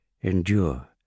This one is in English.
endure